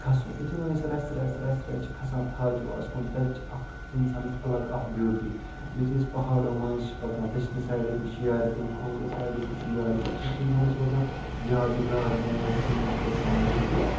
کھسُن یُتھُے وۄنۍ أسۍ رَژھِ رَژھِ رَژھِ رَژھِ چھِ کھسان تھاجواس کُن تَتہِ چھِ اَکھ اِنسانَس اَلگ اَکھ بیوٗٹی یُتھُے أسۍ پہاڑو مٔنٛزۍ چھِ پَکان دٔچھنہِ سایڈٕ تہِ چھِ یارِ کُل کھوٚورِ سایڈٕ تہِ چھِ یارِ کُل سُہ چھُ اِنسانَس روزان یادگار موٗمٮ۪نٛٹ کہِ نَہ کوٚتام اوسُس بہٕ